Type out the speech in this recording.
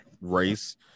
race